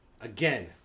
again